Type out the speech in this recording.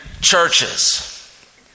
churches